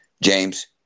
James